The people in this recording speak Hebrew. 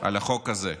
על החוק הזה.